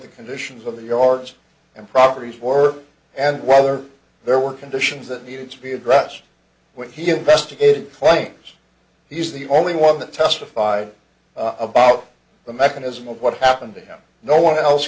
the conditions of the yards and properties were and whether there were conditions that needed to be a grouch when he investigated claims he's the only one that testified about the mechanism of what happened to him no one else